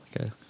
Okay